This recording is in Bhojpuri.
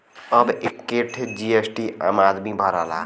अब एक्के ठे जी.एस.टी आम आदमी भरला